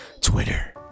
Twitter